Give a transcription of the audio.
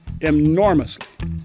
enormously